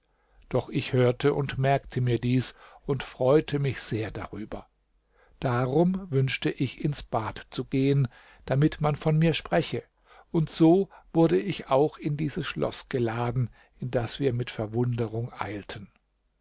doch ich hörte und merkte mir dies und freute mich sehr darüber darum wünschte ich ins bad zu gehen damit man von mir spreche und so wurde ich auch in dieses schloß geladen in das wir mit verwunderung eilten